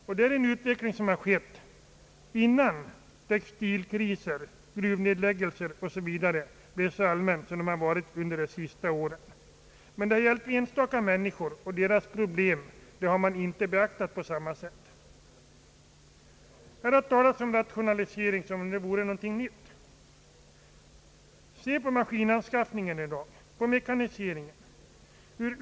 Detta är en utveckling som har ägt rum innan textilkriser, gruvnedläggelser o.s.v. blev så allmänna som de varit under de senaste åren. Men det har gällt enskilda människor, och deras problem har man inte beaktat på samma sätt. Här talas om rationalisering som om det vore någonting nytt. Se på maskinanskaffningen i dag, på mekaniseringen.